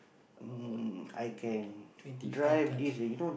uh twenty five tonnes